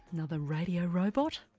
another radio robot,